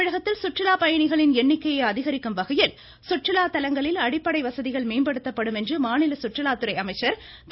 தமிழகத்தில் சுற்றுலா பயணிகளின் எண்ணிக்கையை அதிகரிக்கும் வகையில் சுற்றுலா தலங்களில் அடிப்படை வசதிகள் மேம்படுத்தப்படும் என்று மாநில சுற்றுலாத்துறை அமைச்சர் திரு